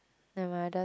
never mind I just